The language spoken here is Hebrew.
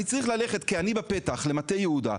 אנחנו צריכים ללכת כעני בפתח למטה יהודה,